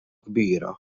kbira